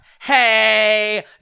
hey